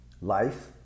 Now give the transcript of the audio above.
Life